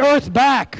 earth back